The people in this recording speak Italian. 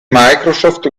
microsoft